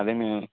అదే మేము